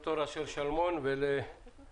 ד"ר אשר שלמון ממשרד הבריאות ופיני שני,